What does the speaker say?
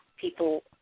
people